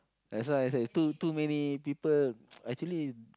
that's why I say too too many people actually